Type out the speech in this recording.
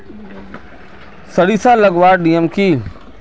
सरिसा लगवार नियम की?